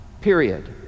period